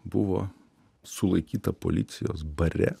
buvo sulaikyta policijos bare